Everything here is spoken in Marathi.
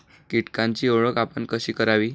कीटकांची ओळख आपण कशी करावी?